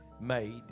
made